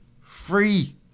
free